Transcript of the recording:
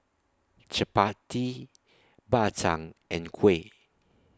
Chappati Bak Chang and Kuih